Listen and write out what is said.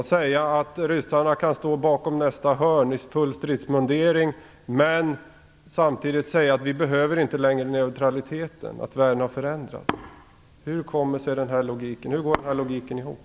Ni säger att ryssarna kan stå bakom nästa hörn i full stridsmundering och samtidigt säger ni att vi inte längre behöver värna och förändra neutraliteten. Hur går den logiken ihop?